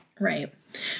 Right